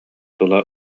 тула